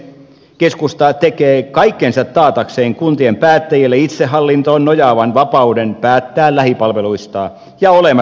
keskusta tekee kaikkensa taatakseen kuntien päättäjille itsehallintoon nojaavan vapauden päättää lähipalveluistaan ja olemassaolostaan